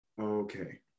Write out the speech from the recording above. Okay